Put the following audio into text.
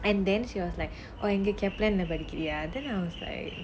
and then she was like oh எங்க:enga Kaplan ளனா படிக்கிறியா:lanaa padikiriyaa then I was like